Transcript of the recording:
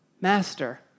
master